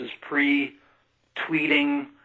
pre-tweeting